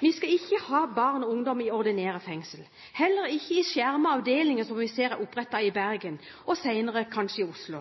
Vi skal ikke ha barn og ungdom i ordinære fengsler, heller ikke i skjermede avdelinger som vi ser er opprettet i Bergen, og senere kanskje i Oslo.